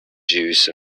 juice